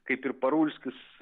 kaip ir parulskis